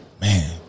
man